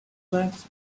glance